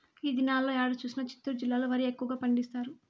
ఈ దినాల్లో ఏడ చూసినా చిత్తూరు జిల్లాలో వరి ఎక్కువగా పండిస్తారు